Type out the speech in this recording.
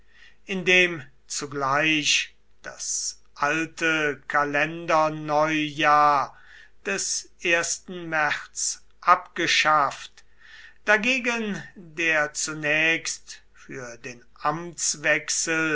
indem zugleich das alte kalenderneujahr des märz abgeschafft dagegen der zunächst für den